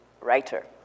writer